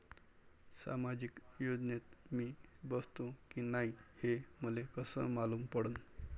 सामाजिक योजनेत मी बसतो की नाय हे मले कस मालूम पडन?